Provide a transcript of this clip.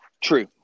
True